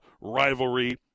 rivalry